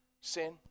Sin